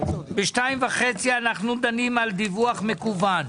וב-14:30 אנחנו דנים על דיווח מקוון.